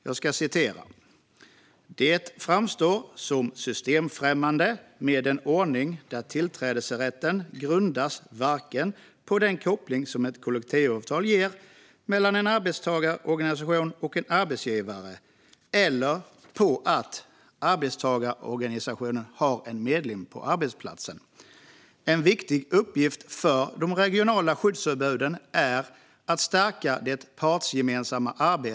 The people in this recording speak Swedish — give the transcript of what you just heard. Där står: "Det framstår som systemfrämmande med en ordning där tillträdesrätten grundas varken på den koppling som ett kollektivavtal ger mellan en arbetstagarorganisation och arbetsgivare eller på att arbetstagarorganisationen har en medlem på arbetsstället. En viktig uppgift för de regionala skyddsombuden är att stärka det partsgemensamma arbetet .